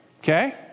Okay